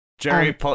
Jerry